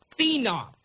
phenom